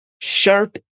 Sharp